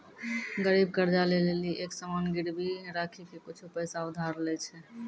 गरीब कर्जा ले लेली एक सामान गिरबी राखी के कुछु पैसा उधार लै छै